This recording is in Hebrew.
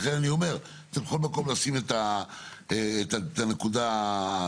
לכן אני אומר, צריך בכל מקום לשים את הנקודה הזו.